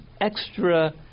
extra